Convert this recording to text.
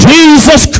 Jesus